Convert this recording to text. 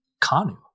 Kanu